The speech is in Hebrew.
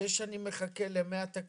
לגבי הטענה שלו שהוא שש שנים מחכה ל-100 תקנות,